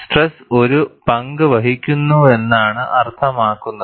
stress ഒരു പങ്ക് വഹിക്കുന്നുവെന്നാണ് അർത്ഥമാക്കുന്നത്